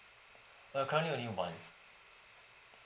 uh currently only one